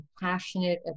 passionate